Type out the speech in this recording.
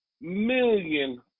million